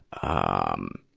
um,